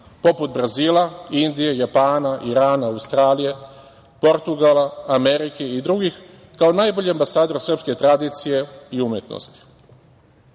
poput Brazila, Indije, Japana, Irana, Australije, Portugala, Amerike i drugih, kao najbolji ambasador srpske tradicije i